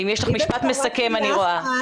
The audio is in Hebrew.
יש לך משפט מסכם, אני רואה.